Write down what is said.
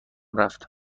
رفت